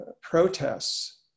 protests